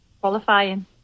qualifying